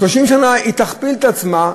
30 שנה היא תכפיל את עצמה,